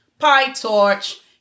PyTorch